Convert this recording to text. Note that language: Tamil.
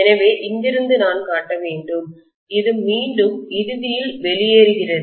எனவே இங்கிருந்து நான் காட்ட வேண்டும் இது மீண்டும் இறுதியில் வெளியேறுகிறது